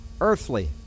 earthly